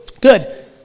Good